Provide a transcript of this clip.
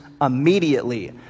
immediately